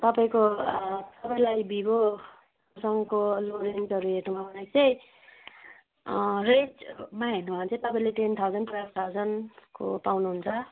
तपाईँको तपाईँलाई भिभो सङको लो रेन्जहरू हेर्नु भयो भने चाहिँ रेन्जमा हेर्नुभयो भने चाहिँ तपाईँले टेन थाउजन्ड टुएल्भ थाउजन्डको पाउनुहुन्छ